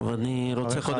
קודם כול,